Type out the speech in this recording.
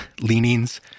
leanings